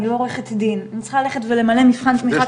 ואני צריכה ללכת למלא מבחן תמיכה,